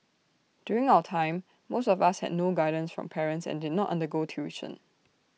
during our time most of us had no guidance from parents and did not undergo tuition